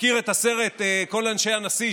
מכיר את הסרט "כל אנשי הנשיא",